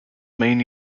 main